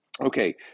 okay